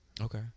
Okay